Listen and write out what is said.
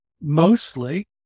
mostly